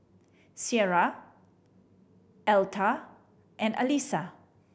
Cierra Aletha and Alisa